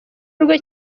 rwe